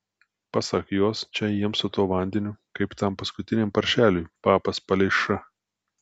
pasak jos čia jiems su tuo vandeniu kaip tam paskutiniam paršeliui papas palei š